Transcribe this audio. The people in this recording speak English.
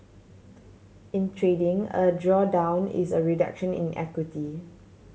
in trading a drawdown is a reduction in equity